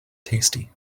tasty